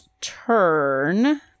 turn